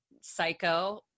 psycho